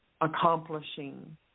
accomplishing